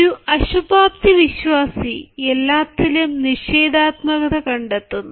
ഒരു അശുഭാപ്തിവിശ്വാസി എല്ലാത്തിലും നിഷേധാത്മകത കണ്ടെത്തുന്നു